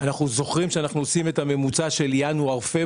אנחנו זוכרים שאנחנו עושים את הממוצע של ינואר-פברואר.